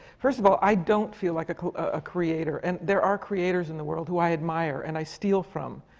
first of all, i don't feel like a ah creator. and there are creators in the world, who i admire and i steal from.